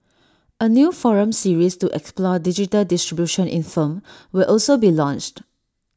A new forum series to explore digital distribution in film will also be launched